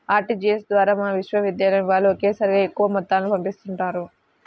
RTGS ద్వారా మా విశ్వవిద్యాలయం వాళ్ళు ఒకేసారిగా ఎక్కువ మొత్తాలను పంపిస్తుంటారు